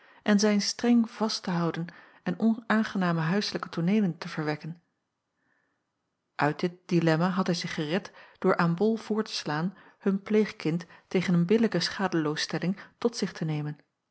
en zijn streng vast te houden en onaangename huiselijke tooneelen te verwekken uit dit dilemna had hij zich gered door aan bol voor te slaan hun pleegkind tegen een billijke schadeloos stelling tot zich te nemen